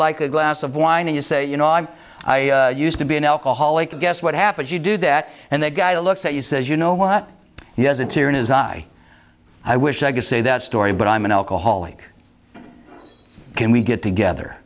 like a glass of wine and you say you know i'm i used to be an alcoholic guess what happens you do that and the guy looks at you says you know what he has a tear in his eye i wish i could say that story but i'm an alcoholic can we get together